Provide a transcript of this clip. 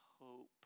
hope